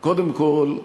קודם כול,